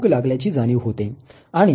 आणि तो चोकलेट खाण्याचा विचार करू लागतो